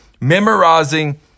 memorizing